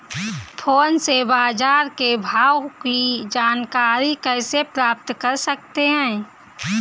Phone से बाजार के भाव की जानकारी कैसे प्राप्त कर सकते हैं?